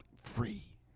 Free